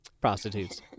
Prostitutes